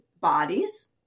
bodies